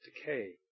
decay